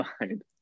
mind